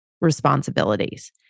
responsibilities